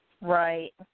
Right